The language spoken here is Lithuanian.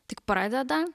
tik pradeda